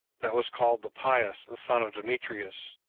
that was called the pious, the son of demetrius,